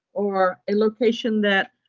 or a location that